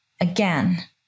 again